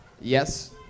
Yes